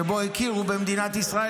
שבו הכירו במדינת ישראל,